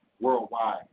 Worldwide